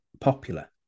popular